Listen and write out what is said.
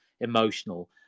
emotional